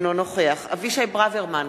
אינו נוכח אבישי ברוורמן,